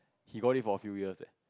he got it for a few years eh